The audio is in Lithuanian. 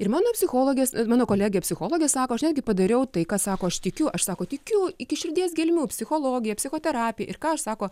ir mano psichologės mano kolegė psichologė sako aš netgi padariau tai ką sako aš tikiu aš sako tikiu iki širdies gelmių psichologija psichoterapija ir ką aš sako